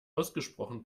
ausgesprochen